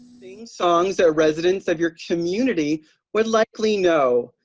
sing songs that residents of your community would likely know,